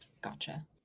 Gotcha